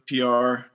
PR